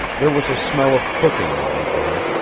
there was a smell of cooking in the air,